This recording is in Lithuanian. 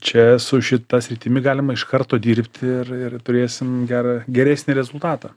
čia su šita sritimi galima iš karto dirbti ir ir turėsim gerą geresnį rezultatą